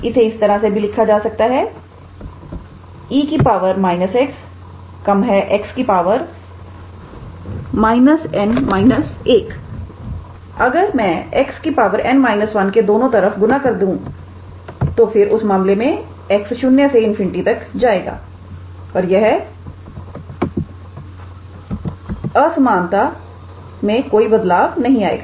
इसे इस तरह से लिखा जा सकता है 𝑒 −𝑥 𝑥 −𝑛−1 अगर मैं x 𝑛−1 के दोनों तरफ गुनाह कर दूं तो फिर उस मामले में x 0 से ∞ तक जाएगा और यह असमानता में कोई बदलाव नहीं आएगा